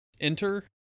Enter